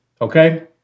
okay